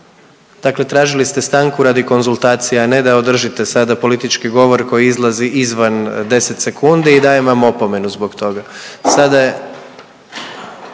Dakle, tražili ste stanku radi konzultacija, a ne da održite sada politički govor koji izlazi izvan 10 sekundi i dajem vam opomenu zbog toga.